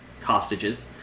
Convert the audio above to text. hostages